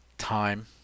time